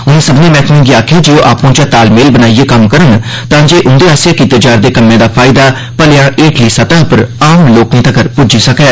उनें सब्मने मैह्कमें गी आखेआ जे ओह् आपू चै तालमेल बनाइयै कम्म करन तांजे उंदे आसेआ कीते जा'रदे कम्में दा फायदा भलेआं हेठली सतह उप्पर लोकें तक्कर पुज्जी सकै